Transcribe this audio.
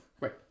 Right